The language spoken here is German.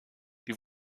die